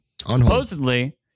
Supposedly